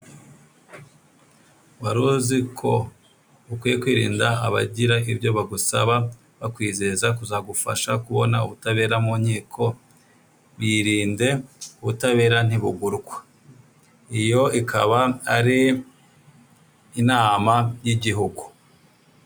Wari uzi ko ukwiye kwirinda abagira ibyo bagusaba bakwizeza kuzagufasha kubona ubutabera mu nkiko? Birinde ubutabera ntibugurwa. Iyo ikaba ari inama y'igihugu.